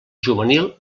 juvenil